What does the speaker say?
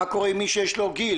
מה קורה עם מי שיש לו גיל?